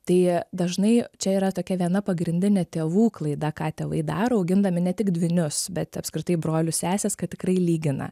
tai dažnai čia yra tokia viena pagrindinė tėvų klaida ką tėvai daro augindami ne tik dvynius bet apskritai brolius seses kad tikrai lygina